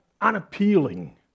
unappealing